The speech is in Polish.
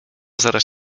zaraz